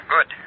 Good